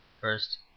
First